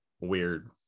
weird